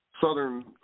southern